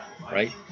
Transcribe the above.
Right